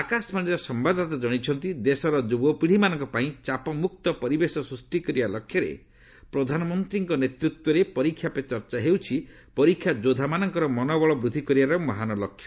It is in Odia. ଆକାଶବାଣୀର ସମ୍ଭାଦଦାତା ଜଣାଇଛନ୍ତି ଦେଶର ଯୁବପିଢି ମାନଙ୍କ ପାଇଁ ଚାପମୁକ୍ତ ପରିବେଶ ସୃଷ୍ଟି କରିବା ଲକ୍ଷ୍ୟରେ ପ୍ରଧାନମନ୍ତ୍ରୀଙ୍କ ନେତୃତ୍ୱରେ ପରୀକ୍ଷା ପେ ଚର୍ଚ୍ଚା ହେଉଛି ପରୀକ୍ଷା ଯୋଦ୍ଧାମାନଙ୍କର ମନୋବଳ ବୃଦ୍ଧି କରିବାର ମହାନ୍ ଲକ୍ଷ୍ୟ